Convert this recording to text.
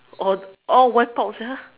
all all wiped out sia